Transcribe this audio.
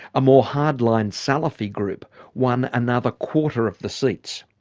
a more hardline salafi group won another quarter of the seats.